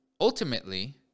ultimately